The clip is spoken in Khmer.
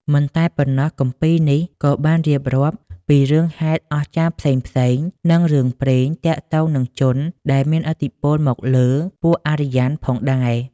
មិនតែប៉ុណ្ណោះ គម្ពីរនេះក៏បានរៀបរាប់ពី រឿងហេតុអស្ចារ្យ ផ្សេងៗ និង រឿងព្រេង ទាក់ទងនឹងជនដែលមានឥទ្ធិពលមកលើពួកអារ្យ័នផងដែរ។